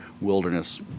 wilderness